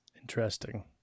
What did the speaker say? Interesting